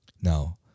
now